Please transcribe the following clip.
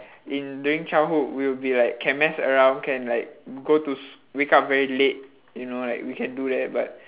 in during childhood we'll be like can mess around can like go to s~ wake up very late you know like we can do that but